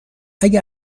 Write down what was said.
اگه